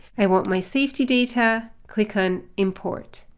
i want my safety data, click on import.